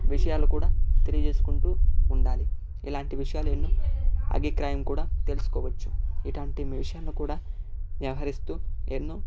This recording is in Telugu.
విషయాలు కూడా తెలియజేసుకుంటూ ఉండాలి ఇలాంటి విషయాలు ఎన్నో అభిక్రాయం కూడా తెలుసుకోవచ్చు ఇట్టాంటి మిషన్లు కూడా వ్యవహరిస్తూ ఎన్నో